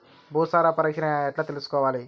భూసార పరీక్షను ఎట్లా చేసుకోవాలి?